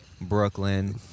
brooklyn